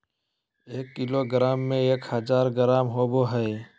एक किलोग्राम में एक हजार ग्राम होबो हइ